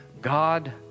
God